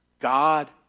God